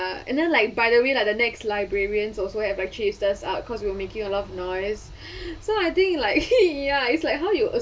~a and then like by the way like the next librarians also have chased us out because we were making a lot of noise so I think like ya is like how you as~